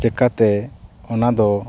ᱪᱮᱠᱟᱛᱮ ᱚᱱᱟ ᱫᱚ